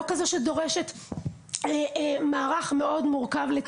לא כזו שדורשת מערך מאוד מורכב לטיפול.